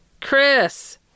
Chris